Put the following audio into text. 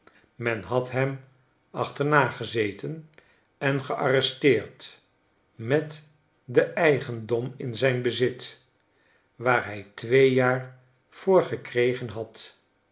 men had hem achternagezeten en gearresteerd met den eigendom in zijn bezit waar hij twee jaar voor gekregen had